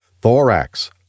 Thorax